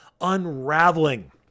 unraveling